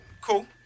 Cool